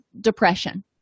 depression